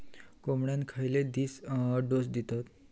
कोंबड्यांक खयले डोस दितत?